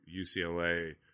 UCLA